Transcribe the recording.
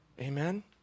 Amen